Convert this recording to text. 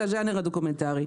זה הז'אנר הדוקומנטרי.